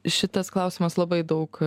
šitas klausimas labai daug